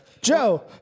Joe